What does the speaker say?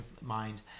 mind